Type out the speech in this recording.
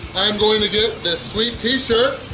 i'm going to get this sweet t-shirt